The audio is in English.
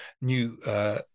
new